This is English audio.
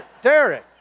Derek